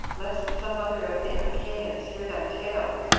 lest some other of the achaians hear thy tale.